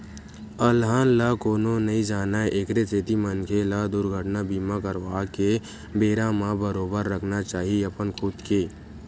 अलहन ल कोनो नइ जानय एखरे सेती मनखे ल दुरघटना बीमा करवाके बेरा म बरोबर रखना चाही अपन खुद के